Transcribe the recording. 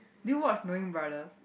do you watch knowing brothers